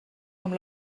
amb